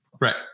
Right